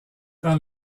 dans